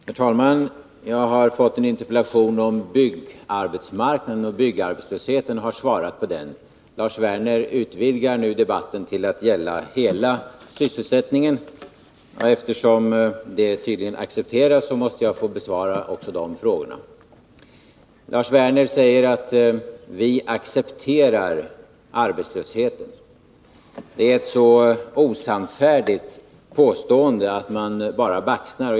Herr talman! Jag har fått en interpellation om byggarbetsmarknaden och byggarbetslösheten och har svarat på den. Lars Werner utvidgar nu debatten till att gälla hela sysselsättningen, och eftersom detta tydligen accepteras, måste jag be att få besvara också de frågorna. Lars Werner säger att vi accepterar arbetslösheten. Det är ett så osannfärdigt påstående att man baxnar.